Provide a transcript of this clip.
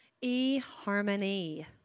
E-harmony